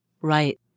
Right